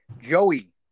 Joey